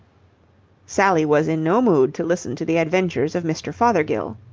sally was in no mood to listen to the adventures of mr. fothergill.